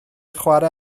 chwarae